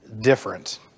different